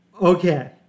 Okay